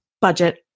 budget